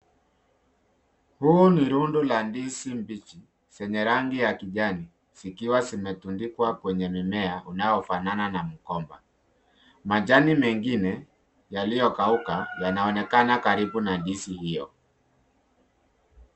Huu ni rundo la ndizi mbichi, zenye rangi ya kijani zikiwa zimetundikwa kwenye mimea unaonfanana na mgomba .Majani mengine yaliyokauka yanaonekana karibu na ndizi hiyo.